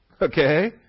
Okay